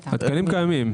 התקנים קיימים.